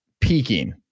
peaking